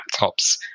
laptops